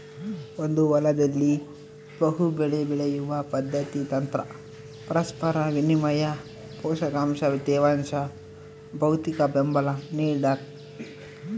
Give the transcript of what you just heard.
ಒಂದೇ ಹೊಲದಲ್ಲಿ ಬಹುಬೆಳೆ ಬೆಳೆಯುವ ಪದ್ಧತಿ ತಂತ್ರ ಪರಸ್ಪರ ವಿನಿಮಯ ಪೋಷಕಾಂಶ ತೇವಾಂಶ ಭೌತಿಕಬೆಂಬಲ ನಿಡ್ತದ